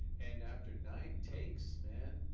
and after nine takes, man,